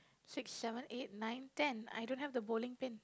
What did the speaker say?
six seven eight nine ten I don't have the bowling pin